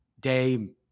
Day